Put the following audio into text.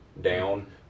down